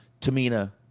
Tamina